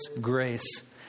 grace